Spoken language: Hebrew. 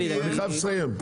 אני חייב לסיים.